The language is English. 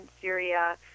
Syria